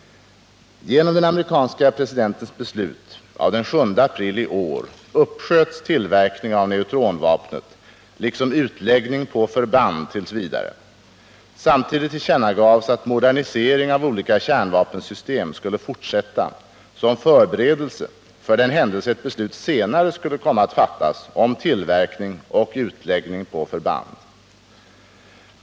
Genom den amerikanske presidentens beslut av den 7 april i år uppsköts tillverkning av neutronvapnet liksom utläggning på förband t. v. Samtidigt tillkännagavs att modernisering av olika kärnvapensystem skulle fortsätta som förberedelse för den händelse ett beslut senare skulle komma att fattas om tillverkning och utläggning på förband.